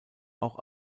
auch